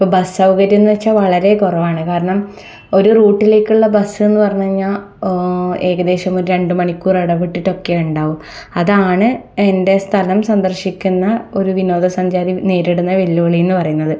ഇപ്പം ബസ് സൗകര്യം എന്നു വെച്ചാൽ വളരെ കുറവാണ് കാരണം ഒരു റൂട്ടിലേക്കുള്ള ബസ് എന്നു പറഞ്ഞു കഴിഞ്ഞാൽ ഏകദേശം ഒരു രണ്ടു മണിക്കൂർ ഇടവിട്ടിട്ടൊക്കെ ഉണ്ടാകും അതാണ് എൻ്റെ സ്ഥലം സന്ദർശിക്കുന്ന ഒരു വിനോദസഞ്ചാരി നേരിടുന്ന വെല്ലുവിളി എന്ന് പറയുന്നത്